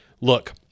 look